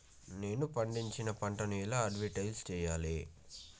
నేను పండించిన పంటను ఎలా అడ్వటైస్ చెయ్యాలే?